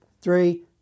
three